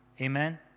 Amen